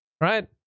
Right